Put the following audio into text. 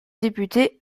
députée